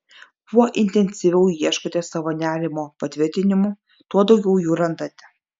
kuo intensyviau ieškote savo nerimo patvirtinimų tuo daugiau jų randate